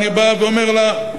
אני בא ואומר לה,